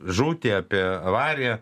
žūtį apie avariją